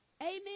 Amen